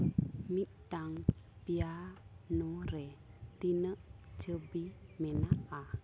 ᱢᱤᱫᱴᱟᱝ ᱯᱮᱭᱟ ᱱᱚ ᱨᱮ ᱛᱤᱱᱟᱹ ᱪᱷᱟᱹᱵᱤ ᱢᱮᱱᱟᱜᱼᱟ